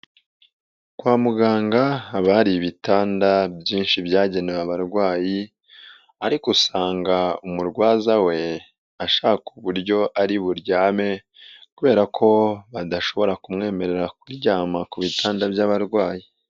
Kwa muganga haba hari ibitanda byinshi byagenewe abarwayi ariko usanga umurwaza we, ashaka uburyo ari buryame kubera ko badashobora kumwemerera kuryama ku bitanda by'abarwayi.